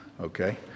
okay